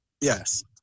yes